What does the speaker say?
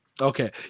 okay